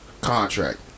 Contract